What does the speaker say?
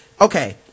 okay